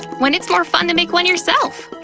when it's more fun to make one yourself!